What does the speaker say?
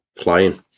Flying